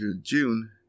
June